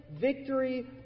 Victory